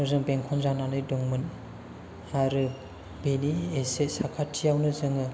बेंखन जानानै दंमोन आरो बेनि एसे साखाथियावनो जोङो